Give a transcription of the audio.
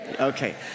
Okay